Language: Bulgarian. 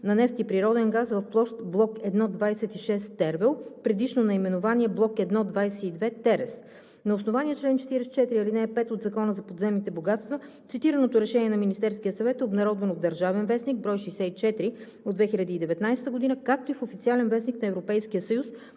на нефт и природен газ в площ „Блок 1 – 26 Тервел“ с предишно наименование „Блок 1 – 22 Терес“. На основание чл. 44, ал. 5 от Закона за подземните богатства цитираното решение на Министерския съвет е обнародвано в „Държавен вестник“, бр. 64 от 2019 г., както и в Официален вестник на Европейския съюз